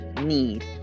need